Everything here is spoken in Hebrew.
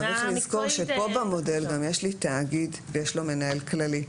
צריך לזכור שפה במודל גם יש לי תאגיד ויש לו מנהל כללי,